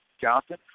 Johnson